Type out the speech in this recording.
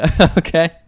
Okay